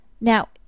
Now